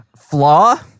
Flaw